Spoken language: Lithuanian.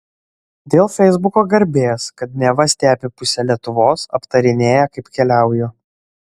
dėl feisbuko garbės kad neva stebi pusė lietuvos aptarinėja kaip keliauju